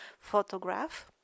photograph